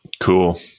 Cool